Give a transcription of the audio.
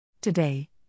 Today